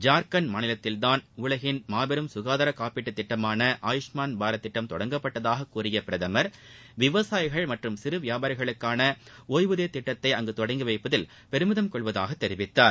ஜார்கண்ட் மாநிலத்தின்தான் உலகின் மாபெரும் சுகாதா காப்பீட்டுத் திட்டமான ஆயூஷ்மான் பாரத் திட்டம் தொடங்கப்பட்டதாகக் கூறிய பிரதம் விவசாயிகள் மற்றும் சிறு வியாபாரிகளுக்கான ஒய்வூதியத் திட்டத்தை அங்கு தொடங்கி வைப்பதில் பெருமிதம் கொள்வதாகத் தெரிவித்தார்